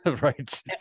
Right